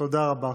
תודה רבה.